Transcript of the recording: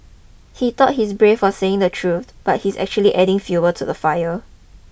he thought he's brave for saying the truth but he's actually adding fuel to the fire